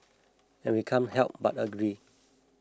and we can't help but agree